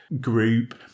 group